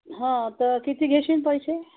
हं तर किती घेशीन पैसे